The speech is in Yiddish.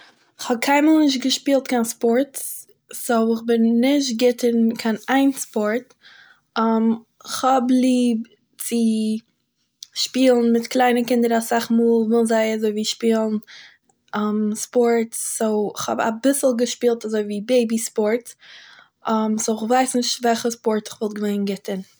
כ'האב קיינמאל נישט געשפילט קיין ספארטס, סו איך בין נישט גוט אין קיין איין ספארט, כ'האב ליב צו שפילן מיט קליינע קינדער אסאך מאל ווילן זיי אזויווי שפילן ספארטס, סו, איך האב אביסל געשפילט אזויווי בעיבי ספארטס, סו איך ווייס נישט וועלכע ספארטס איך בין גוט אין